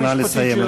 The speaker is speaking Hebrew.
נא לסיים.